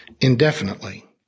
indefinitely